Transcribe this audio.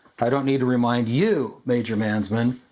i don't need to remind you, major mandsman,